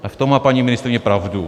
V tom má paní ministryně pravdu.